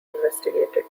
investigated